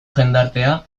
jendartea